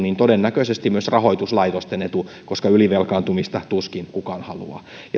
todennäköisesti myös rahoituslaitosten etu koska ylivelkaantumista tuskin kukaan haluaa